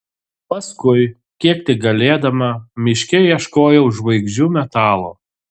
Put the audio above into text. paskui kiek tik galėdama miške ieškojau žvaigždžių metalo